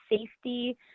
safety